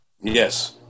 Yes